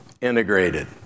integrated